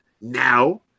now